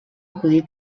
acudir